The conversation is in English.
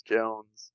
Jones